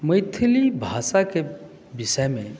मैथिली भाषाके विषयमे